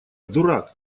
дурак